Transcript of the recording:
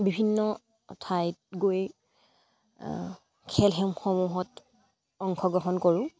বিভিন্ন ঠাইত গৈ খেলসমূহত অংশগ্ৰহণ কৰোঁ